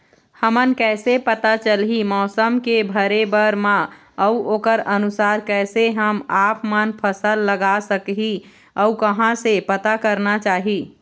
हमन कैसे पता चलही मौसम के भरे बर मा अउ ओकर अनुसार कैसे हम आपमन फसल लगा सकही अउ कहां से पता करना चाही?